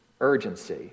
Urgency